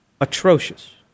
atrocious